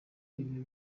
ibyo